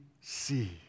see